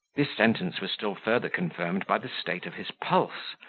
this sentence was still farther confirmed by the state of his pulse,